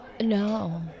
No